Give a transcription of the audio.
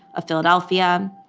of philadelphia.